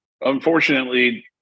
Unfortunately